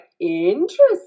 interesting